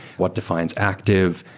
what defines active?